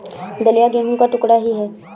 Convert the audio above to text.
दलिया गेहूं का टुकड़ा ही है